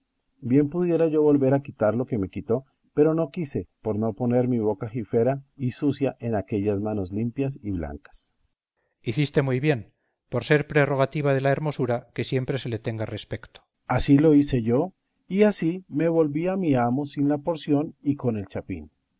bien pudiera yo volver a quitar lo que me quitó pero no quise por no poner mi boca jifera y sucia en aquellas manos limpias y blancas cipión hiciste muy bien por ser prerrogativa de la hermosura que siempre se le tenga respecto berganza así lo hice yo y así me volví a mi amo sin la porción y con el chapín